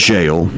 Jail